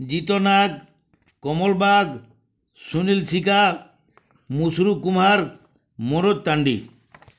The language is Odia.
ଗୀତ ନାଗ କୋମଲ ବାଗ ସୁନୀଲ ସିକା ମୁସୁରୁ କୁମ୍ଭାର ମୁରୁ ତାଣ୍ଡି